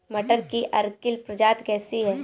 मटर की अर्किल प्रजाति कैसी है?